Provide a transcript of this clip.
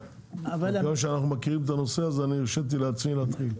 בגלל שאנחנו מכירים את הנושא הזה אני הרשיתי לעצמי להתחיל.